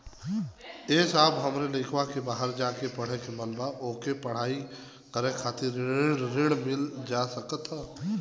ए साहब हमरे लईकवा के बहरे जाके पढ़े क मन बा ओके पढ़ाई करे खातिर ऋण मिल जा सकत ह?